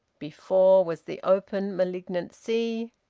before, was the open malignant sea.